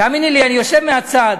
תאמיני לי, אני יושב מהצד,